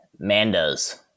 Mandos